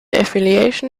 affiliation